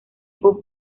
pub